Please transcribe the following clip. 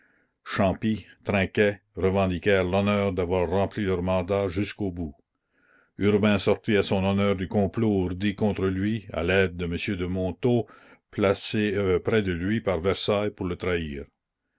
champy trinquet revendiquèrent l'honneur d'avoir rempli leur mandat jusqu'au bout urbain sortit à son honneur du complot ourdi contre lui à l'aide de m de montaud placé près de lui par versailles pour le trahir